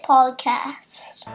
Podcast